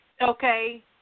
Okay